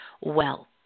wealth